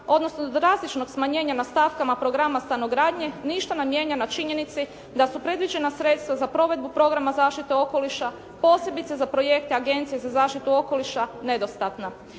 odnosno drastičnog smanjenja na stavkama programa stanogradnja ništa ne mijenja na činjenici da su predviđena sredstva za provedbu programa zaštite okoliša posebice za projekte Agencije za zaštitu okoliša nedostana.